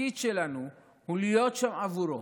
התפקיד שלנו הוא להיות שם עבורו,